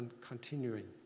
continuing